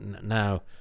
now